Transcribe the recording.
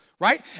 Right